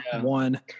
one